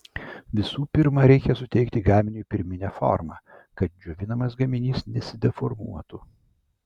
visų pirma reikia suteikti gaminiui pirminę formą kad džiovinamas gaminys nesideformuotų